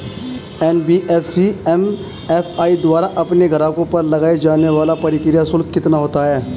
NBFC MFI द्वारा अपने ग्राहकों पर लगाए जाने वाला प्रक्रिया शुल्क कितना होता है?